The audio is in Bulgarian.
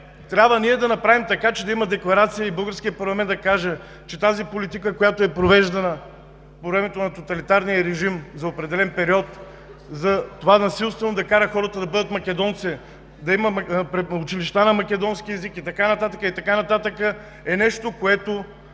Трябва ние да направим така, че да има декларация и българският парламент да каже, че тази политика, която е провеждана по времето на тоталитарния режим за определен период – за това насилствено да кара хората да бъдат македонци, да има училища на македонски език и така нататък, и така